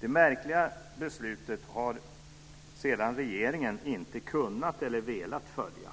Detta märkliga beslut har sedan regeringen inte kunnat eller velat följa.